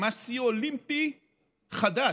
ממש שיא אולימפי חדש,